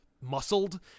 muscled